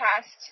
past